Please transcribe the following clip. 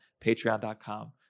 patreon.com